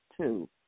two